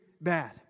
bad